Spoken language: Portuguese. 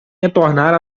retornar